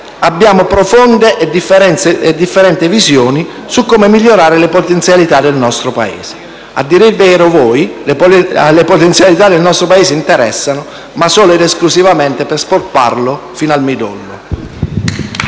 abbiamo profonde e differenti visioni su come migliorare le potenzialità del nostro Paese. Anzi, a dire il vero, a voi le potenzialità del Paese interessano, ma solo ed esclusivamente per spolparlo fino al midollo.